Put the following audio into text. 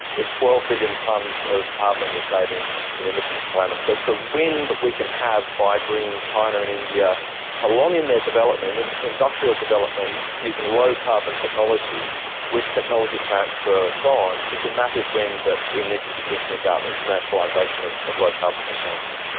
it's twelve billion tonnes of carbon you're saving in emissions per annum. so the win that we can have by bringing china and india along in their development, in in industrial development, using low carbon technologies with technology transfer and so on, it's a massive win that we need to be thinking about, internationalisation of of low carbon technologies.